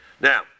Now